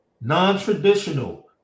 non-traditional